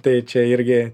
tai čia irgi